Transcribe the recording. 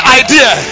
idea